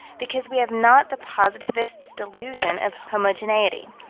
because we have not the positivist's delusion of homogeneity.